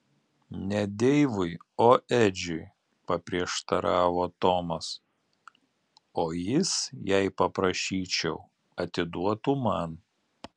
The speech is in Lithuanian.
ne deivui o edžiui paprieštaravo tomas o jis jei paprašyčiau atiduotų man